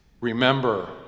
Remember